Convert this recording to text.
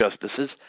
justices